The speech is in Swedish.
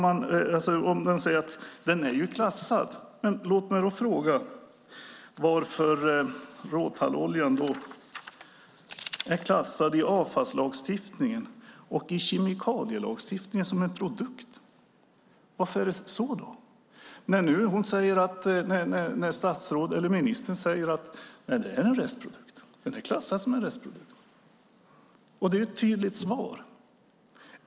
Ministern säger att råtalloljan är klassad. Men låt mig då fråga: Varför är råtalloljan enligt avfallslagstiftningen och kemikalielagstiftningen klassad som en produkt? Varför är det så? Nu säger ministern att råtalloljan är en restprodukt, att den är klassad som en restprodukt. Det är ju ett tydligt svar.